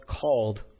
called